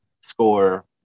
Score